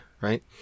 right